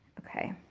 okay.